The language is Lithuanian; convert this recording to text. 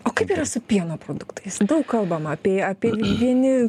o kaip yra su pieno produktais daug kalbama apie apie vieni